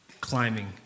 climbing